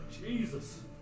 Jesus